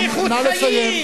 נא לסיים.